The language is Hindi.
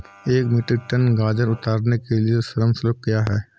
एक मीट्रिक टन गाजर उतारने के लिए श्रम शुल्क क्या है?